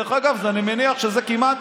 דרך אגב, אני מניח שזה כמעט